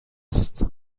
است